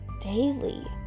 Daily